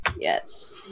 Yes